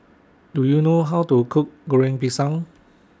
Do YOU know How to Cook Goreng Pisang